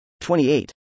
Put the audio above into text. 28